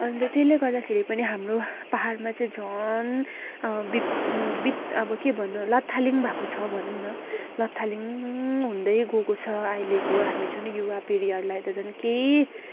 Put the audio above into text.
अन्त त्यसले गर्दाखेरि पनि हाम्रो पहाडमा चाहिँ झन् वि वि अब के भन्नु लथालिङ्ग भएको छ भनौँ न लथालिङ्ग हुँदै गएको छ अहिलेको हामी जुन युवापिँढीहरूलाई त झन् केही